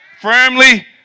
firmly